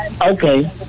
Okay